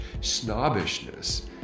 snobbishness